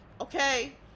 okay